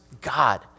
God